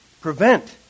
prevent